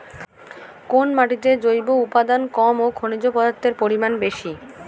কোন মাটিতে জৈব উপাদান কম ও খনিজ পদার্থের পরিমাণ বেশি?